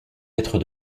lettres